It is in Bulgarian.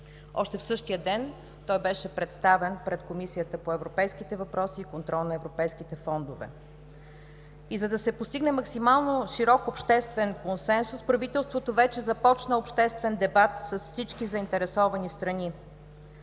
Още същия ден той беше представен пред Комисията по европейските въпроси и контрол на европейките фондове. И за да се постигне максимално широк обществен консенсус, правителството вече започна обществен дебат с всички заинтересовани страни.